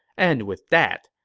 and with that,